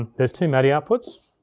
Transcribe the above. there's two madi outputs,